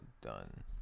done